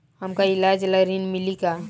हमका ईलाज ला ऋण मिली का?